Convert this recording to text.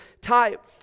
type